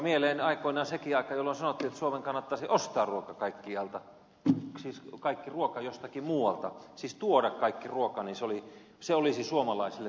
muistuupa mieleeni sekin aika aikoinaan jolloin sanottiin että suomen kannattaisi ostaa kaikki ruoka jostakin muualta siis tuoda kaikki ruoka se olisi suomalaisille kaikkein helpointa